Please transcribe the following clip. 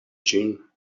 ĝin